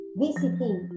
visiting